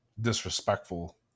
disrespectful